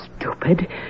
stupid